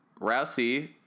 Rousey